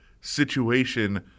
situation